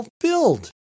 fulfilled